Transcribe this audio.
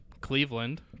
Cleveland